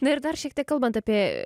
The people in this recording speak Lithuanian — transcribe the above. na ir dar šiek tiek kalbant apie